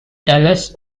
dallas